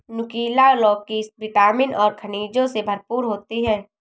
नुकीला लौकी विटामिन और खनिजों से भरपूर होती है